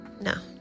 no